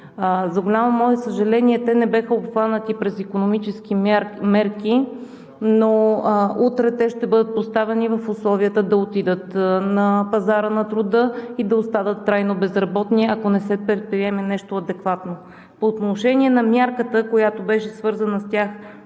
За голямо мое съжаление, те не бяха обхванати през икономически мерки, но утре те ще бъдат поставени в условията да отидат на пазара на труда и да останат трайно безработни, ако не се предприеме нещо адекватно. По отношение на мярката, която беше свързана с тях,